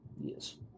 Yes